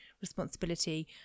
responsibility